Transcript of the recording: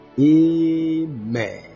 Amen